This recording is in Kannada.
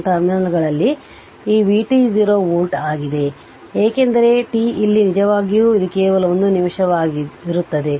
5 microfarad capacitor ಟರ್ಮಿನಲ್ಗಳಲ್ಲಿ ಈ vt 0 ವೋಲ್ಟ್ ಆಗಿದೆ ಏಕೆಂದರೆ t ಇಲ್ಲಿ ನಿಜವಾಗಿಯೂ ಇದು ಕೇವಲ ಒಂದು ನಿಮಿಷವಾಗಿರುತ್ತದೆ